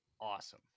awesome